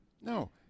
No